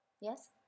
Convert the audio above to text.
Yes